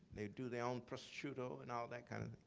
they do their own prosciutto and all that kind of